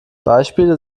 beispiele